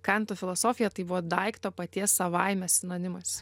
kanto filosofija tai buvo daikto paties savaime sinonimas